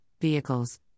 vehicles